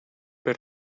per